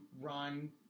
run